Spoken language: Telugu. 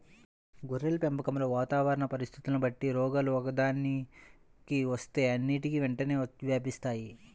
గొర్రెల పెంపకంలో వాతావరణ పరిస్థితులని బట్టి రోగాలు ఒక్కదానికి వస్తే అన్నిటికీ వెంటనే వ్యాపిస్తాయి